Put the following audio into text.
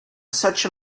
such